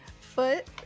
Foot